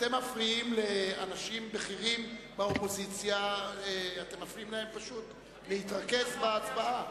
אתם מפריעים לאנשים בכירים באופוזיציה להתרכז בהצבעה.